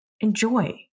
enjoy